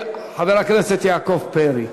חבר הכנסת יעקב פרי.